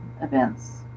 events